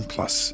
Plus